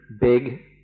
big